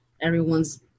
Everyone's